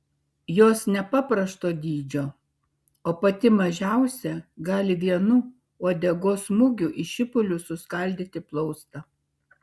jos nepaprasto dydžio o pati mažiausia gali vienu uodegos smūgiu į šipulius suskaldyti plaustą